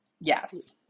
Yes